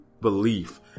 belief